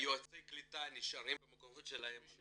יועצי הקליטה נשארים במקומות שלהם, אנחנו